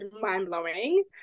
mind-blowing